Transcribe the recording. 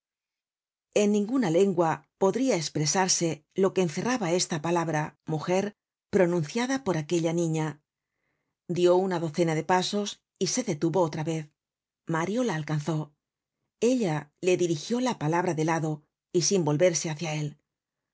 en ninguna lengua podria espresarse lo que encerraba esta palabra mujer pronunciada por aquella niña dió una docena de pasos y se detuvo otra vez mario la alcanzó ella le dirigió la palabra de lado y sin volverse hácia él